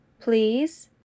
please